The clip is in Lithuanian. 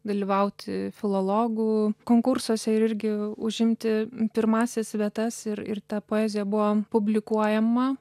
dalyvauti filologų konkursuose ir irgi užimti pirmąsias vietas ir ir ta poezija buvo publikuojama